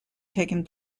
taken